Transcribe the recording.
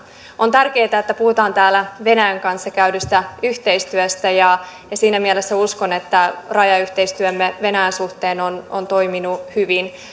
on tärkeätä että puhutaan täällä venäjän kanssa tehdystä yhteistyöstä ja siinä mielessä uskon että rajayhteistyömme venäjän suhteen on on toiminut hyvin